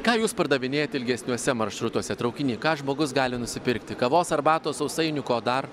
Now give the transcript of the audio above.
ką jūs pardavinėjat ilgesniuose maršrutuose traukiny ką žmogus gali nusipirkti kavos arbatos sausainių ko dar